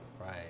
right